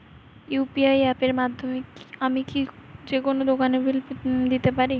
UPI অ্যাপের মাধ্যমে আমি কি যেকোনো দোকানের বিল দিতে পারবো?